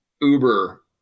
uber